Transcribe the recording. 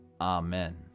Amen